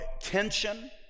tension